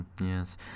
Yes